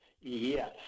Yes